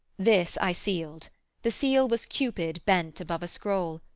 this i sealed the seal was cupid bent above a scroll,